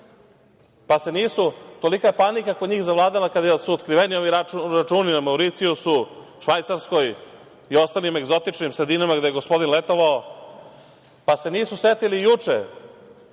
i ostali. Tolika je panika kod njih zavladala kada su otkriveni ovi računa na Mauricijusu, Švajcarskoj i ostalim egzotičnim sredinama gde je gospodin letovao, pa se nisu setili juče